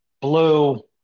blue